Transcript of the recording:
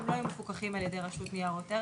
הם לא יהיו מפוקחים על ידי רשות לניירות ערך,